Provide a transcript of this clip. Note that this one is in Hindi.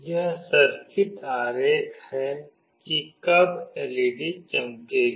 यह सर्किट आरेख है कि कब एलईडी चमकेगी